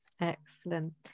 excellent